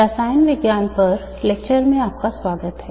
रसायन विज्ञान पर लेक्चर में आपका स्वागत है